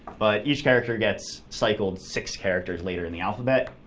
but each character gets cycled six characters later in the alphabet,